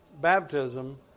baptism